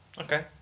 okay